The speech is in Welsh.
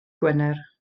gwener